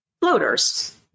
floaters